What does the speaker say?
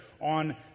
on